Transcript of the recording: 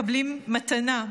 מקבלים מתנה,